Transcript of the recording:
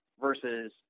versus